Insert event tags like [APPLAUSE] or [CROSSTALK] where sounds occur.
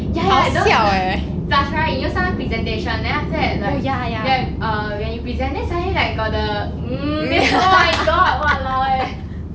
ya ya I don't [LAUGHS] plus you know sometimes presentation then after that like [NOISE] err when you present then suddenly like got the [NOISE] then oh my god !walao! eh